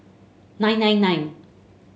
nine nine nine